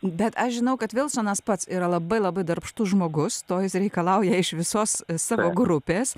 bet aš žinau kad vilsonas pats yra labai labai darbštus žmogus to jis reikalauja iš visos es grupes